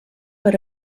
per